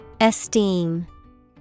Esteem